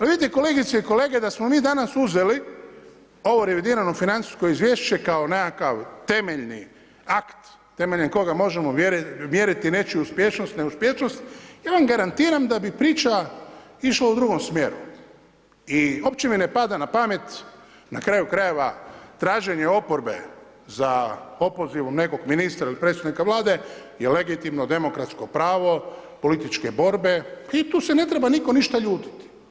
Vidite, kolegice i kolege, da smo mi danas uzeli ovu revidirano financijsko izvješće kao nekakav temeljni akt temeljem koga možemo mjeriti nečiju uspješnost, neuspješnost, ja vam garantiram da bi priča išla u drugom smjeru i opće mi ne pada na pamet, na kraju krajeva, traženje oporbe za opozivom nekog ministra ili predsjednika Vlade je legitimno, demokratsko pravo političke borbe i tu se ne treba nitko ništa ljutiti.